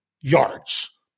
yards